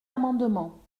amendement